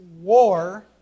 war